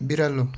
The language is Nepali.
बिरालो